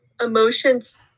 emotions